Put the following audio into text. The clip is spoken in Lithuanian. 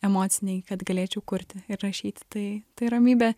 emocinėj kad galėčiau kurti ir rašyti tai tai ramybė